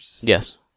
Yes